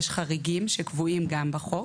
יש חריגים שקבועים גם בחוק,